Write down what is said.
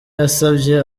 yasabye